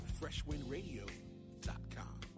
freshwindradio.com